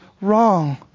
wrong